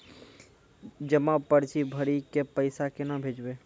जमा पर्ची भरी के पैसा केना भेजबे?